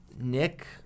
Nick